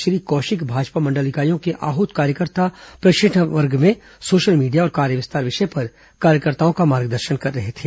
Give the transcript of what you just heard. श्री कौशिक भाजपा मंडल इकाइयों के आहूत कार्यकर्ता प्रशिक्षण वर्ग में सोशल मीडिया और कार्य विस्तार विषय पर कार्यकर्ताओं का मार्गदर्शन कर रहे थे